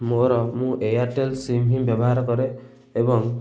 ମୋର ମୁଁ ଏୟାରଟେଲ୍ ସିମ୍ ହିଁ ବ୍ୟବହାର କରେ ଏବଂ